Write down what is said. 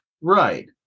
Right